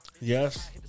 Yes